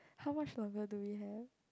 how much longer do we have